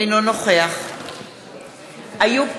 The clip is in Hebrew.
אינו נוכח איוב קרא,